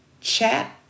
chat